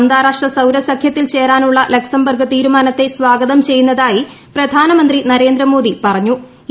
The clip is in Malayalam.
അന്ത്യാർാഷ്ട്ര സൌര സഖ്യത്തിൽ ചേരാനുള്ള ലക്സംബർഗ് തീരുമാനിത്ത് സ്വാഗതം ചെയ്യുന്നതായി പ്രധാനമന്ത്രി നരേന്ദ്രമോദി പുറഞ്ഞു െ